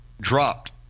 dropped